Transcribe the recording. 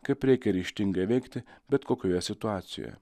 kaip reikia ryžtingai veikti bet kokioje situacijoje